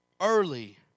early